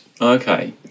Okay